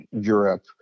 Europe